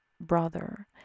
brother